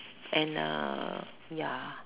and uh ya